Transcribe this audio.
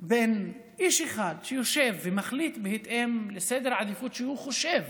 בין איש אחד שיושב ומחליט בהתאם לסדר העדיפויות שהוא חושב